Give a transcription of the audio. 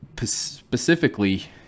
specifically